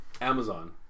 Amazon